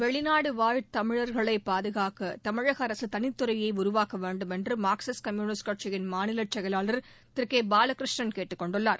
வெளிநாடு வாழ் தமிழர்களைப் பாதுகாக்க தமிழக அரசு தனித்துறையை உருவாக்க வேண்டுமென்று மார்க்சிஸ்ட் கம்யூனிஸ்ட் கட்சியின் மாநிலச் செயலாளர் திரு கே பாலகிருஷ்ணன் கேட்டுக் கொண்டுள்ளார்